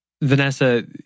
Vanessa